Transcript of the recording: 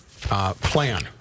Plan